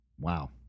Wow